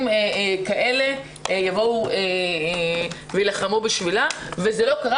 כאלה יבואו ויילחמו בשבילה וזה לא קרה.